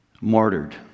martyred